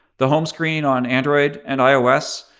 the home screen on android and ios.